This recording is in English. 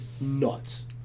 nuts